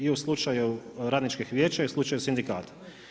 I u slučaju Radničkih vijeća i u slučaju sindikata.